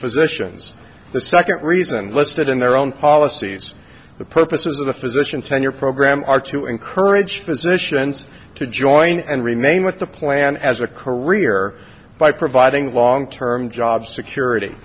physicians the second reason listed in their own policies the purpose of the physician tenure program are to encourage physicians to join and remain with the plan as a career by providing long term job security